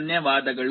ಧನ್ಯವಾದಗಳು